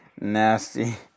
nasty